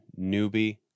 newbie